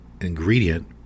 ingredient